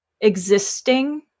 existing